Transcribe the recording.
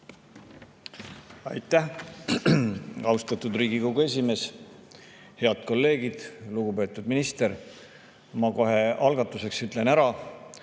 Aitäh, austatud Riigikogu esimees! Head kolleegid! Lugupeetud minister! Ma kohe algatuseks ütlen ära,